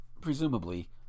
presumably